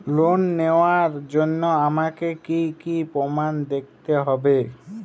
Loan নেওয়ার জন্য আমাকে কী কী প্রমাণ দেখতে হবে?